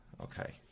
Okay